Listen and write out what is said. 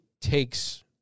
takes